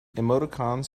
emoticons